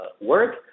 work